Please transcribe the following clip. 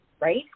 right